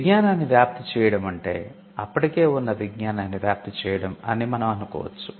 విజ్ఞానాన్ని వ్యాప్తి చేయడమంటే అప్పటికే ఉన్న విజ్ఞానాన్ని వ్యాప్తి చేయడం అని మనం అనుకోవచ్చు